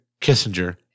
Kissinger